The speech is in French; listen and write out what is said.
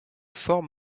forme